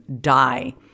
die